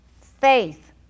faith